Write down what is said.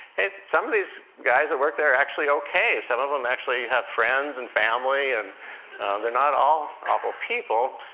hey, some of these guys that work there are actually ok some of them actually have friends and family, and they're not all awful people.